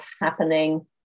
happening